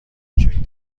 کوچک